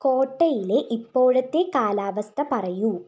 കോട്ടയിലെ ഇപ്പോഴത്തെ കാലാവസ്ഥ പറയൂ